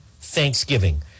Thanksgiving